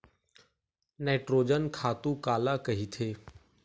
Nitrogen खातु काला कहिथे?